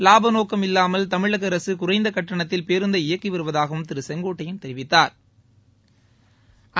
லாப நோக்கம் இல்லாமல் தமிழக அரசு குறைந்த கட்டணத்தில் பேருந்தை இயக்கி வருவதாகவும் திரு செங்கோட்டையன் தெரிவித்தாா்